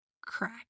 crack